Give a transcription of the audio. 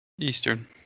eastern